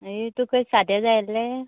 हय तुक सादे जाय आसले